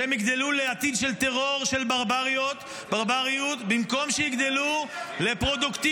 שהם יגדלו לעתיד של טרור ושל ברבריות במקום שיגדלו לפרודוקטיביות,